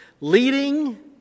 leading